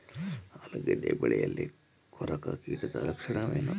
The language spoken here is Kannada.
ಆಲೂಗೆಡ್ಡೆ ಬೆಳೆಯಲ್ಲಿ ಕೊರಕ ಕೀಟದ ಲಕ್ಷಣವೇನು?